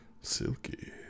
Silky